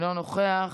אינו נוכח,